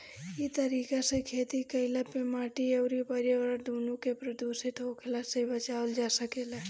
इ तरीका से खेती कईला पे माटी अउरी पर्यावरण दूनो के प्रदूषित होखला से बचावल जा सकेला